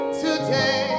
today